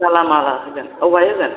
गालामाला होगोन बबेहाय होगोन